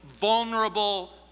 vulnerable